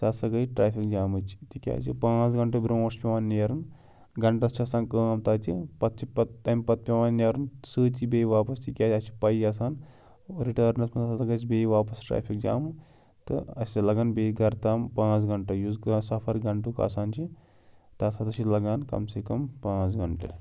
سَہ ہسا گٔے ٹرٛیفِک جامٕچ تِکیٛازِ پانٛژھ گنٛٹہٕ برونٛٹھ چھُ پٮ۪وان نیرُن گنٛٹَس چھِ آسان کٲم تَتہِ پَتہٕ چھِ پَتہٕ تَمہِ پَتہٕ پٮ۪وان نیرُن سۭتی بیٚیہِ واپَس تِکیٛازِ اَسہِ چھِ پَیی آسان رِٹٲرنَس منٛز ہَسا گژھِ بیٚیہِ واپَس ٹرٛیفِک جامہٕ تہٕ اَسہِ لَگان بیٚیہِ گَرٕ تام پانٛژھ گَنٹہٕ یُس سَفر گَنٹُک آسان چھِ تَتھ ہَسا چھِ لَگان کَم سے کَم پانٛژھ گَنٛٹہٕ